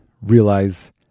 realize